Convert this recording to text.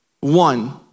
One